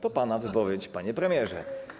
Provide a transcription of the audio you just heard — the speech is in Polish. To pana wypowiedź, panie premierze.